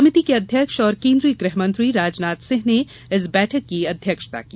समिति के अध्यक्ष और केंद्रीय गृहमंत्री राजनाथ सिंह ने इस बैठक की अध्यक्षता की